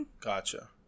Gotcha